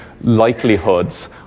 likelihoods